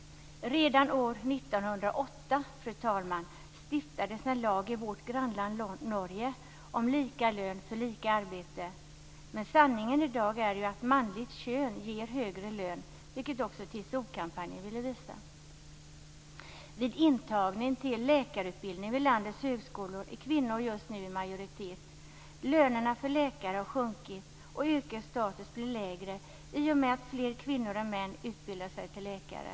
Redan år 1908, fru talman, stiftades en lag i vårt grannland Norge om lika lön för lika arbete. Men sanningen i dag är ju att manligt kön ger högre lön, vilket också TCO-kampanjen ville visa. Av de antagna till läkarutbildning vid landets högskolor är kvinnor just nu i majoritet. Lönerna för läkare har sjunkit, och yrkets status blir lägre i och med att fler kvinnor än män utbildar sig till läkare.